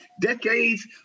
decades